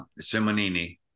Simonini